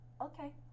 Okay